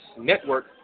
Network